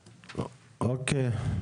אוקיי.